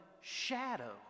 shadow